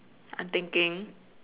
I'm thinking